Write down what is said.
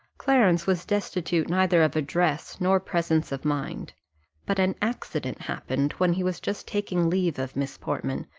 clarence was destitute neither of address nor presence of mind but an accident happened, when he was just taking leave of miss portman,